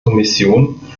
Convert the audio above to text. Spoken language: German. kommission